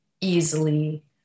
easily